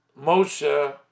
Moshe